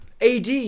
AD